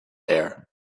air